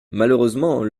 malheureusement